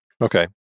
Okay